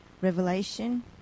Revelation